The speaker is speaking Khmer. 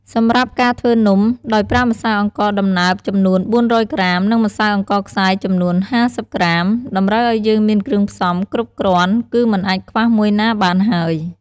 សម្រាប់ការធ្វើនំ ដោយប្រើម្សៅអង្ករដំណើបចំនួន៤០០ក្រាម និងម្សៅអង្ករខ្សាយចំនួន៥០ក្រាម តម្រូវឱ្យយើងមានគ្រឿងផ្សំគ្រប់គ្រាន់ គឺមិនអាចខ្វះមួយណាបានហើយ។